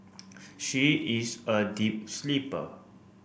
she is a deep sleeper